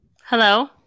Hello